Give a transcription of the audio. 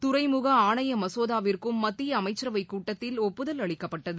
துறைமுக ஆணைய மசோதாவிற்கும் மத்திய அமைச்சரவைக் கூட்டத்தில் ஒப்புதல் அளிக்கப்பட்டது